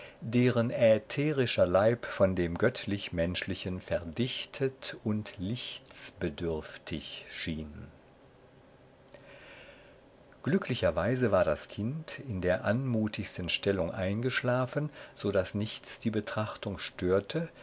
deren ätherischer leib vor dem göttlich menschlichen verdichtet und lichtsbedürftig schien glücklicherweise war das kind in der anmutigsten stellung eingeschlafen so daß nichts die betrachtung störte